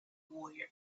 warrior